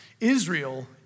Israel